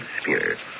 spirits